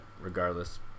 regardless